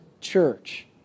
church